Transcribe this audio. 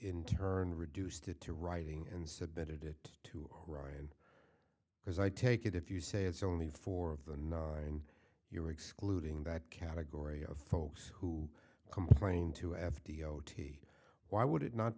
turn reduced it to writing and submitted it to ryan because i take it if you say it's only four of the nine you're excluding that category of folks who complain to f d o t why would